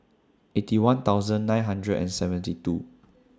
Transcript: Eighty One thousand nine hundred and seventy two